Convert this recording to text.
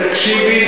תקשיבי,